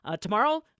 Tomorrow